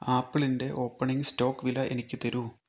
ആപ്പിളിന്റെ opening stock വില എനിക്ക് തരൂ